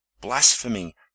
blasphemy